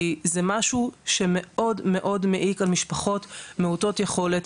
זה משהו שמאוד מאוד מעיק על משפחות מעוטות יכולת.